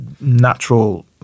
natural